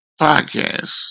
podcast